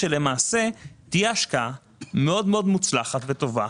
שתהיה השקעה מאוד מאוד מוצלחת וטובה,